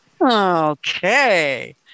Okay